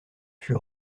fut